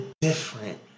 different